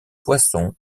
poissons